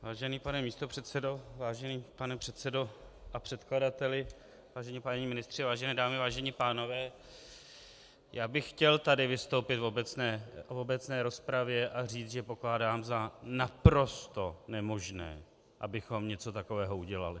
Vážený pane místopředsedo, vážený pane předsedo a předkladateli, vážení páni ministři, vážené dámy, vážení pánové, já bych chtěl tady vystoupit v obecné rozpravě a říct, že pokládám za naprosto nemožné, abychom něco takového udělali.